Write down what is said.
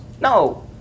No